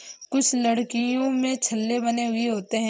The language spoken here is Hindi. कुछ लकड़ियों में छल्ले बने हुए होते हैं